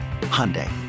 Hyundai